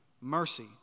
Mercy